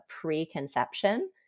preconception